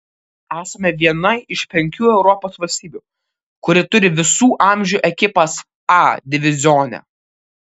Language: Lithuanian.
esame viena iš penkių europos valstybių kuri turi visų amžių ekipas a divizione